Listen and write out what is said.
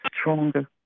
stronger